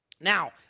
Now